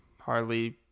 hardly